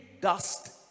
dust